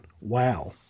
Wow